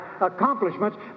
accomplishments